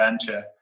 adventure